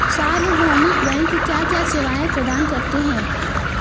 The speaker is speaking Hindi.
सार्वभौमिक बैंक क्या क्या सेवाएं प्रदान करते हैं?